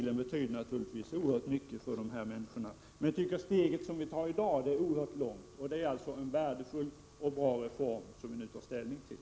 Det betyder oerhört mycket för dem. Men jag tycker vi i dag tar ett långt steg på vägen, och det är en bra reform vi har att ta ställning till.